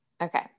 okay